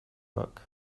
work